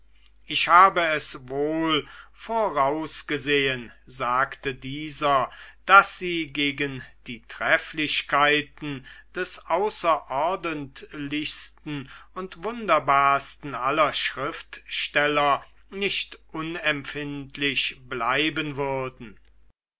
ich habe es wohl vorausgesehen sagte dieser daß sie gegen die trefflichkeiten des außerordentlichsten und wunderbarsten aller schriftsteller nicht unempfindlich bleiben würden